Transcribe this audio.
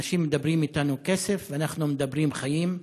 אנשים מדברים אתנו כסף, ואנחנו מדברים חיים.